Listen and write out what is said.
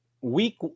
week